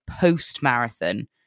post-marathon